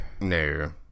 No